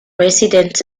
resident